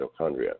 mitochondria